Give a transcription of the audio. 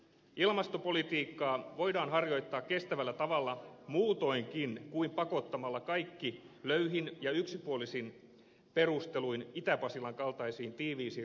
ilmastopolitiikkaa voidaan harjoittaa kestävällä tavalla muutoinkin kuin pakottamalla kaikki löyhin ja yksipuolisin perusteluin itä pasilan kaltaisiin tiivisiin radanvarsialueisiin